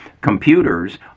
computers